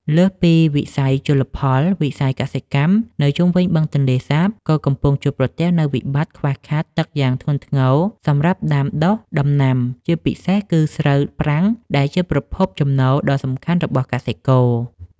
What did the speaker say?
លើសពីវិស័យជលផល វិស័យកសិកម្មនៅជុំវិញបឹងទន្លេសាបក៏កំពុងជួបប្រទះនូវវិបត្តិខ្វះខាតទឹកយ៉ាងធ្ងន់ធ្ងរសម្រាប់ដាំដុះដំណាំ ជាពិសេសគឺស្រូវប្រាំងដែលជាប្រភពចំណូលដ៏សំខាន់របស់កសិករ។